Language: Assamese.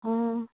অঁ